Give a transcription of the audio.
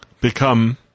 become